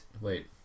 Wait